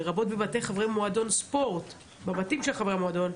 לרבות בבתי חברי מועדון ספורט..." בבתים של חברי המועדון,